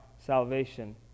salvation